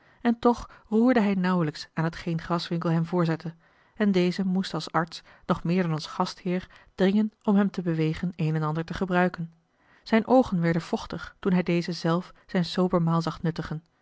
en toch roerde hij nauwelijks aan hetgeen graswinckel hem voorzette en deze moest als arts nog meer dan als gastheer dringen om hem te bewegen een en ander te gebruiken zijne oogen werden vochtig toen hij dezen zelf zijn sober maal zag nuttigen